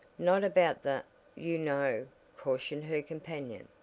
not about the you know cautioned her companion.